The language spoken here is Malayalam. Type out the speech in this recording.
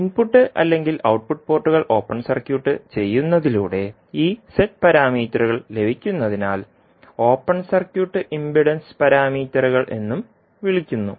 ഇൻപുട്ട് അല്ലെങ്കിൽ ഔട്ട്പുട്ട് പോർട്ടുകൾ ഓപ്പൺ സർക്യൂട്ട് ചെയ്യുന്നതിലൂടെ ഈ z പാരാമീറ്ററുകൾ ലഭിക്കുന്നതിനാൽ അവയെ ഓപ്പൺ സർക്യൂട്ട് ഇംപിഡൻസ് പാരാമീറ്ററുകൾ എന്നും വിളിക്കുന്നു